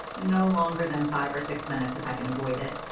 no longer than five or six minutes, if i can avoid it.